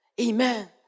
Amen